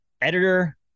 editor